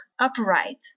upright